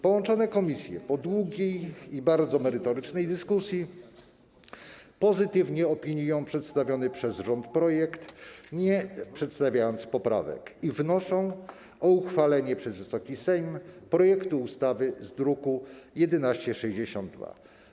Połączone komisje po długiej i bardzo merytorycznej dyskusji pozytywnie opiniują przedstawiony przez rząd projekt, nie przedstawiają poprawek i wnoszą o uchwalenie przez Wysoki Sejm projektu ustawy z druku nr 1162.